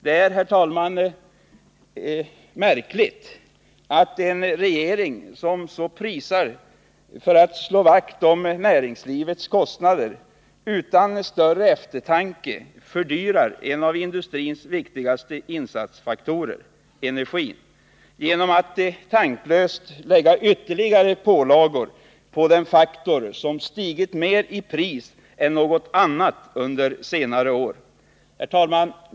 Det är märkligt att en regering som så prisar sig för att slå vakt om näringslivet och för att hålla dess kostnader nere utan större eftertanke kan medverka till att fördyra en av industrins viktigaste insatsfaktorer, energin, genom att tanklöst lägga ytterligare pålagor på den faktor som mer än något annat höjt kostnaderna för industrin under senare år. Herr talman!